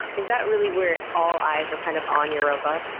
is that really where, all eyes are kind of on europa?